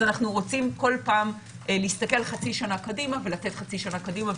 אז אנחנו רוצים כל פעם להסתכל חצי שנה קדימה ולתת חצי שנה קדימה,